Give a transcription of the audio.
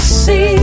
see